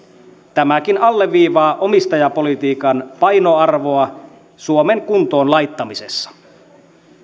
tämäkin alleviivaa omistajapolitiikan painoarvoa suomen kuntoon laittamisessa